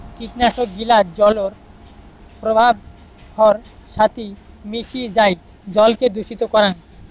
কীটনাশক গিলা জলর প্রবাহর সাথি মিশি যাই জলকে দূষিত করাং